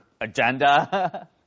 agenda